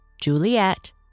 Juliet